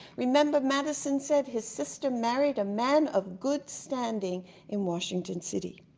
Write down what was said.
remember, madison said his sister married a man of good standing in washington city.